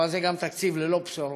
אבל זה גם תקציב ללא בשורות,